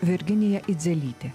virginija idzelytė